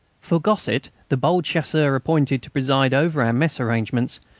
for gosset, the bold chasseur appointed to preside over our mess arrangements,